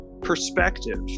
perspective